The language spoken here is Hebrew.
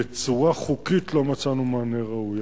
בצורה חוקית לא מצאנו מענה ראוי.